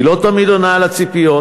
היא לא תמיד עונה על הציפיות,